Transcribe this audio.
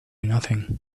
nothing